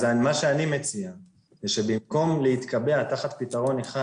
מה שאני מציע זה שבמקום להתקבע תחת פתרון אחד